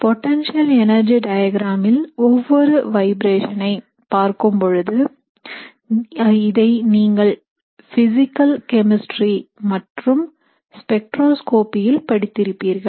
potential energy டயக்ராமில் ஒவ்வொரு வைப்ரேஷநை பார்க்கும் பொழுது இதை நீங்கள் பிஸிக்கல் கெமிஸ்ட்ரி மற்றும் spectroscopy ல் படித்திருப்பீர்கள்